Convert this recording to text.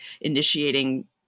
initiating